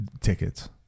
tickets